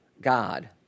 God